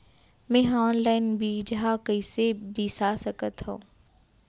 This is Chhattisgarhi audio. मे हा अनलाइन बीजहा कईसे बीसा सकत हाव